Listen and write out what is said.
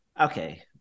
okay